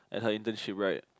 at her internship right